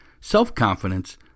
self-confidence